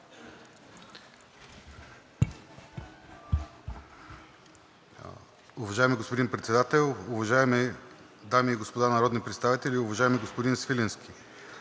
Уважаеми господин Председател, уважаеми дами и господа народни представители! Уважаеми господин Свиленски,